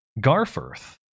Garforth